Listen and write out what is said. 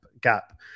gap